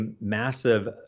massive